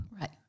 Right